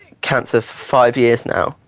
cancer for five years now.